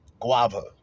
guava